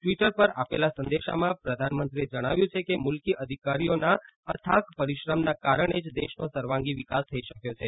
Twitter આપેલા સંદેશામાં પ્રધાનમંત્રીએ જણાવ્યું છે કે મુલકી અધિકારીઓના અથાક પરિશ્રમના કારણે જ દેશનો સર્વાંગી વિકાસ થઈ શક્યો છે